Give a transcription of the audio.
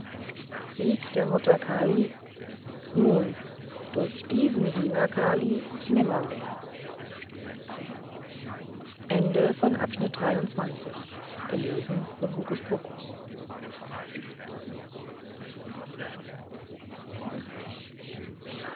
sieg der mutter kali nun durch diesen diener kalis nimmermehr